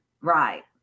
right